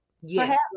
Yes